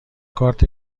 کارت